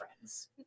Friends